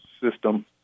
system